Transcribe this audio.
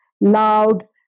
loud